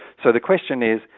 so the question is,